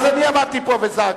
אז אני עמדתי פה וצעקתי.